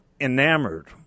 enamored